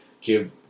give